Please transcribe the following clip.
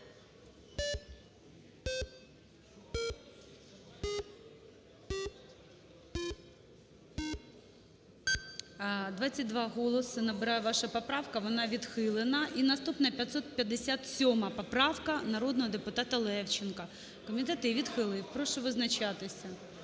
22 голоси набирає ваша поправка. Вона відхилена. І наступна - 557 поправка народного депутатаЛевченка. Комітет її відхилив. Прошу визначатися.